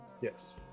Yes